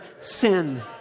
sin